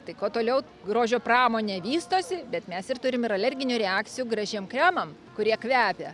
tai kuo toliau grožio pramonė vystosi bet mes ir turim ir alerginių reakcijų gražiem kremam kurie kvepia